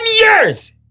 years